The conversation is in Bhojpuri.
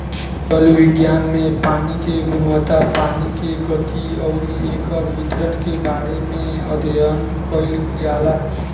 जल विज्ञान में पानी के गुणवत्ता पानी के गति अउरी एकर वितरण के बारे में अध्ययन कईल जाला